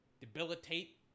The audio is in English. debilitate